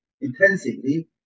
intensively